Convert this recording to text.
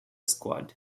squad